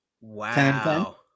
Wow